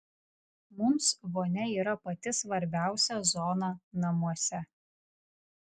mums vonia yra pati svarbiausia zona namuose